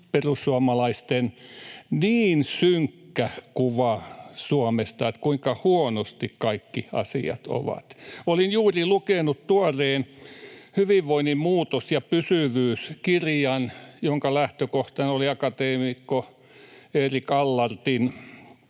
perussuomalaisten niin synkkä kuva Suomesta, että kuinka huonosti kaikki asiat ovat. Olin juuri lukenut tuoreen ”Hyvinvoinnin muutos ja pysyvyys” ‑kirjan, jonka lähtökohtana oli akateemikko Erik Allardtin